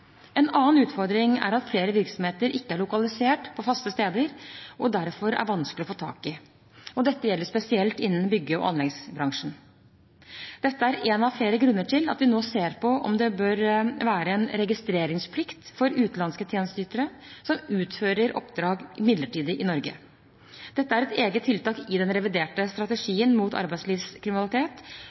En annen utfordring er at flere virksomheter ikke er lokalisert på faste steder og derfor er vanskelige å få tak i. Dette gjelder spesielt innen bygge- og anleggsbransjen. Dette er en av flere grunner til at vi nå ser på om det bør være en registreringsplikt for utenlandske tjenesteytere som utfører oppdrag midlertidig i Norge. Dette er et eget tiltak i den reviderte strategien mot arbeidslivskriminalitet